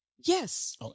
yes